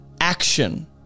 action